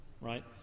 right